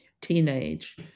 teenage